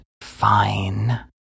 fine